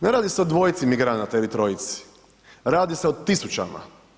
Ne radi se o dvojici migranata ili trojici, radi se o tisućama.